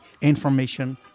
information